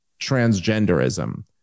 transgenderism